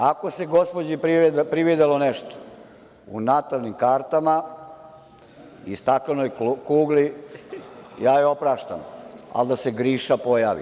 Ako se gospođi prividelo nešto u natalnim kartama i staklenoj kugli, ja joj opraštam, ali da se Griša pojavi.